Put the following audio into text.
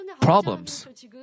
problems